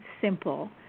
simple